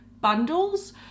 bundles